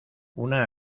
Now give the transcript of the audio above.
una